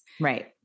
Right